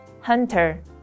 hunter